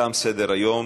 תם סדר-היום.